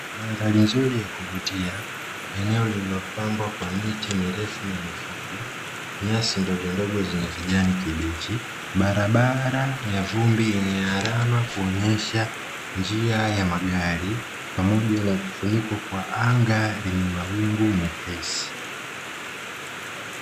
Mandhari nzuri ya kuvutia, eneo lililopambwa kwa miti mirefu na mifupi, nyasi ndogondogo zenye kijani kibichi. Barabara ya vumbi yenye alama kuonyesha njia ya magari, pamoja na kufunikwa kwa anga lenye mawingu mepesi.